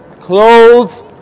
clothes